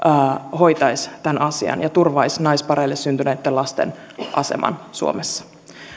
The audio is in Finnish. hoitaisi tämän asian ja turvaisi naispareille syntyneitten lasten aseman suomessa